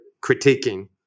critiquing